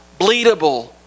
bleedable